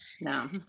no